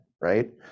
right